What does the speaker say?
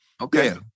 Okay